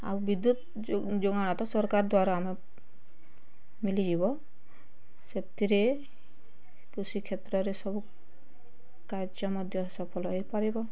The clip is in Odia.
ଆଉ ବିଦ୍ୟୁତ୍ ଯୋଗାଣ ତ ସରକାର ଦ୍ଵାରା ଆମେ ମିଳିଯିବ ସେଥିରେ କୃଷିକ୍ଷେତ୍ରରେ ସବୁ କାର୍ଯ୍ୟ ମଧ୍ୟ ସଫଳ ହେଇପାରିବ